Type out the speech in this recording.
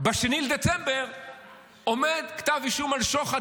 ב-2 בדצמבר בכתב אישום על שוחד,